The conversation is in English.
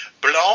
Blanc